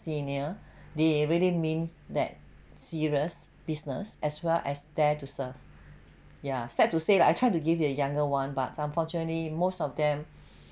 senior they really means that serious business as well as there to serve ya sad to say lah I try to give it to younger one but unfortunately most of them